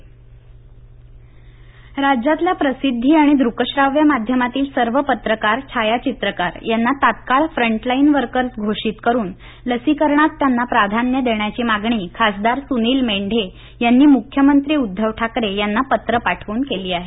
पत्रकारांसाठी मागणी राज्यातल्या प्रसिद्धी आणि दूकश्राव्य माध्यमांतील सर्व पत्रकार छायाचित्रकार यांना तात्काळ फ्रंटलाईन वर्कर्स घोषित करून लसीकरणात त्यांना प्राधान्य देण्याची मागणी खासदार सूनील मेंढे यांनी मुख्यमंत्री उद्धव ठाकरे यांना पत्र पाठवून केली आहे